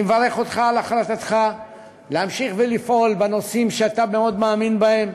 אני מברך אותך על החלטתך להמשיך ולפעול בנושאים שאתה מאוד מאמין בהם,